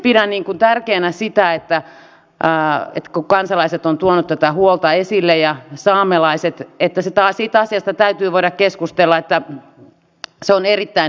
itse pidän tärkeänä sitä että kun kansalaiset saamelaiset ovat tuoneet tätä huolta esille että siitä asiasta täytyy voida keskustella se on erittäin hyvä